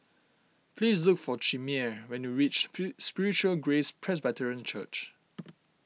please look for Chimere when you reach Spiritual Grace Presbyterian Church